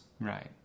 Right